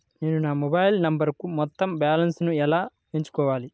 నేను నా మొబైల్ నంబరుకు మొత్తం బాలన్స్ ను ఎలా ఎక్కించుకోవాలి?